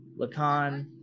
Lacan